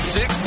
Six